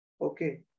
okay